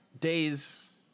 days